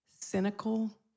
cynical